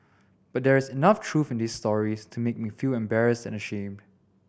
but there is enough truth in these stories to make me feel embarrassed and ashamed